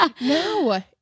No